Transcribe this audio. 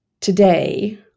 today